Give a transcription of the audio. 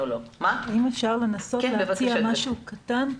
אם אפשר ברשותך לנסות להציע משהו קטן?